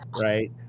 right